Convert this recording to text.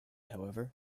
however